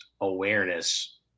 awareness